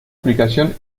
aplicación